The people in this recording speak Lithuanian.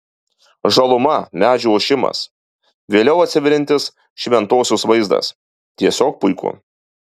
žaluma medžių ošimas vėliau atsiveriantis šventosios vaizdas tiesiog puiku